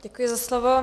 Děkuji za slovo.